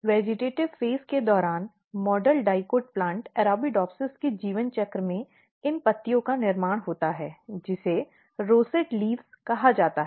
vegetative phase के दौरान model dicot plant Arabidopsis के जीवन चक्र में इन पत्तियों का निर्माण होता है जिसे रोसेट पत्तियां कहा जाता है